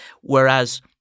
whereas